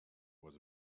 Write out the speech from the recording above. was